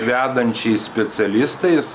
vedančiais specialistais